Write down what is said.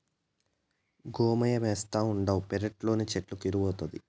గోమయమేస్తావుండావు పెరట్లేస్తే చెట్లకు ఎరువౌతాది